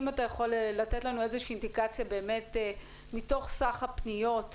אם אתה יכול לתת לנו איזו שהיא אינדיקציה מתוך סך הפניות,